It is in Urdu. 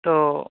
تو